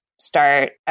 start